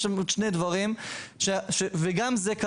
ויש לנו עוד שני דברים,